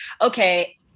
Okay